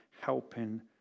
helping